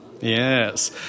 Yes